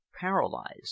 Paralyzed